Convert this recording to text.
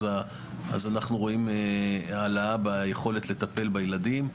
אז אנחנו רואים העלאה ביכולת לטפל בילדים.